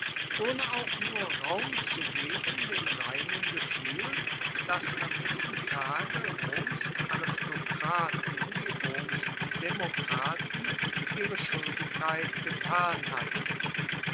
ohne auch nur raum zu geben dem reinen gefühl daß an diesem tage roms aristokraten wie roms demokraten ihre schuldigkeit getan hatten